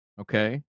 okay